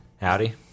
Howdy